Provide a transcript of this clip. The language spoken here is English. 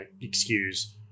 excuse